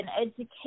education